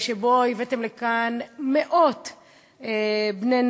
שבו הבאתן לכאן מאות בני-נוער,